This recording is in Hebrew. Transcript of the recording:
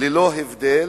ללא הבדל,